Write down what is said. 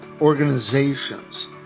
organizations